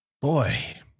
boy